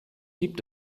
gibt